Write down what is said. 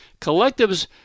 Collectives